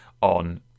on